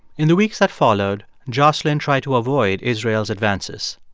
in the weeks that followed, jocelyn tried to avoid israel's advances.